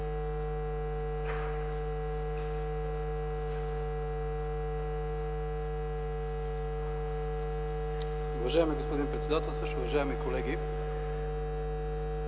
Уважаеми господин председател, уважаеми колеги!